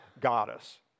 goddess